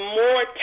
more